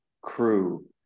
crew